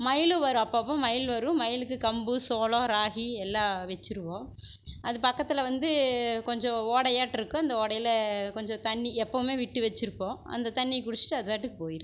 மயிலும் வரும் அப்பப்போ மயில் வரும் மயிலுக்கு கம்பு சோளம் ராகி எல்லாம் வைச்சிருவோம் அது பக்கத்தில் வந்து கொஞ்சம் ஓடையாட்டிருக்கும் அந்த ஓடையில் கொஞ்சம் தண்ணி எப்பவுமே விட்டு வைச்சிருப்போம் அந்த தண்ணியை குடிச்சிட்டு அது பாட்டுக்கு போய்டும்